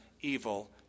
evil